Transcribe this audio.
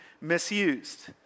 misused